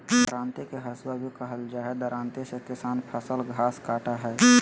दरांती के हसुआ भी कहल जा हई, दरांती से किसान फसल, घास काटय हई